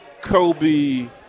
Kobe